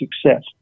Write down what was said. success